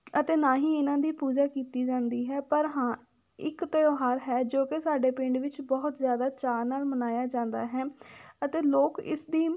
ਅਤੇ ਨਾ ਹੀ ਇਹਨਾਂ ਦੀ ਪੂਜਾ ਕੀਤੀ ਜਾਂਦੀ ਹੈ ਪਰ ਹਾਂ ਇੱਕ ਤਿਉਹਾਰ ਹੈ ਜੋ ਕਿ ਸਾਡੇ ਪਿੰਡ ਵਿੱਚ ਬਹੁਤ ਜ਼ਿਆਦਾ ਚਾਅ ਨਾਲ ਮਨਾਇਆ ਜਾਂਦਾ ਹੈ ਅਤੇ ਲੋਕ ਇਸ ਦੀ